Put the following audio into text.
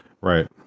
Right